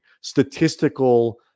statistical